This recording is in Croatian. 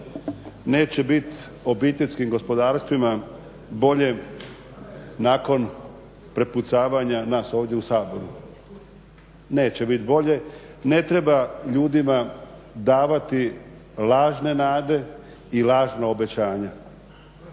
neće bit obiteljskim gospodarstvima bolje nakon prepucavanja nas ovdje u Saboru, neće biti bolje, ne treba ljudima davati lažne nade i lažna obećanja,